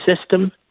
system